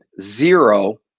zero